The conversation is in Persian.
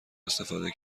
استفاده